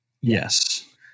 Yes